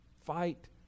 fight